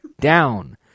down